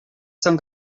cent